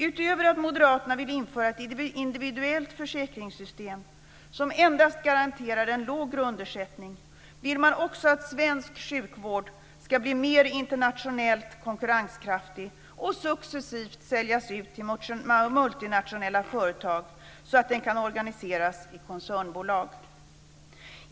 Utöver att Moderaterna vill införa ett individuellt försäkringssystem som endast garanterar en låg grundersättning, vill man också att svensk sjukvård ska bli mer internationellt konkurrenskraftig och successivt säljas ut till multinationella företag så att den kan organiseras i koncernbolag.